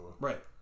Right